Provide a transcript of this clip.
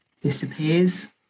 disappears